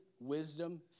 Wisdom